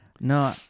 No